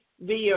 via